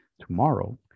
tomorrow